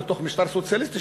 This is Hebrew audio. בתוך משטר סוציאליסטי,